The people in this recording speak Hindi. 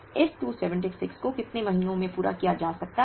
इस 276 को कितने महीनों में पूरा किया जा सकता है